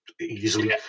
easily